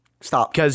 Stop